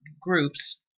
groups